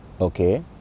Okay